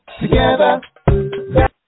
together